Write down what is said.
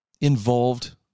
involved